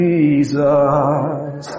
Jesus